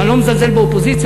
ואני לא מזלזל באופוזיציה,